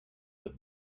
that